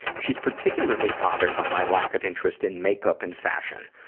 she's particularly bothered by my lack of interest in makeup and fashion.